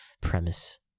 premise